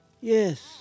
Yes